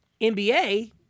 NBA